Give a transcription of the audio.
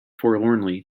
forlornly